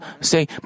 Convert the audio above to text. say